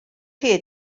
chi